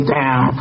down